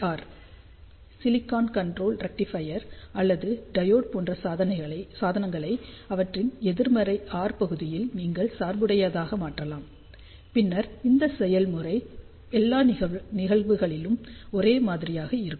R silicon controlled rectifier அல்லது triode போன்ற சாதனங்களை அவற்றின் எதிர்மறை ஆர் பகுதியில் நீங்கள் சார்புடையதாக மாற்றலாம் பின்னர் அந்த செயல்முறை எல்லா நிகழ்வுகளுக்கும் ஒரே மாதிரியாக இருக்கும்